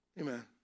Amen